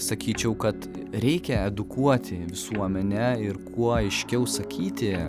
sakyčiau kad reikia edukuoti visuomenę ir kuo aiškiau sakyti